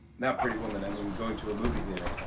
not pretty woman. i mean going to a movie theater.